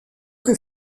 que